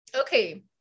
okay